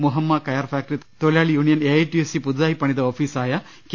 മുഹമ്മ കയർ ഫാക്ടറി തൊഴിലാളി union AITUC പുതു തായി പണിത ഓഫീസായ കെ